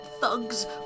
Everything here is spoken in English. thugs